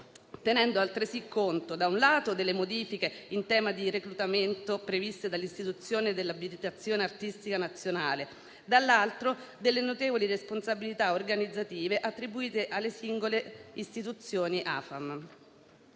tenendo altresì conto - da un lato - delle modifiche in tema di reclutamento previste dall'istituzione dell'abilitazione artistica nazionale e - dall'altro - delle notevoli responsabilità organizzative attribuite alle singole istituzioni AFAM.